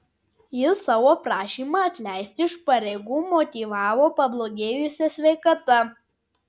jis savo prašymą atleisti iš pareigų motyvavo pablogėjusia sveikata